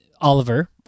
Oliver